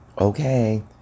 okay